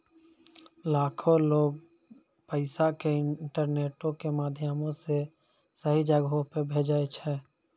लाखो लोगें पैसा के इंटरनेटो के माध्यमो से सही जगहो पे भेजै छै